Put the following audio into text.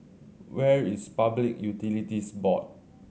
where is Public Utilities Board